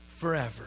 forever